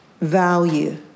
value